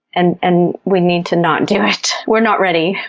and and we need to not do it. we're not ready.